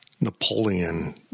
Napoleon